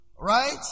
Right